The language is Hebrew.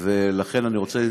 ולכן אני רוצה,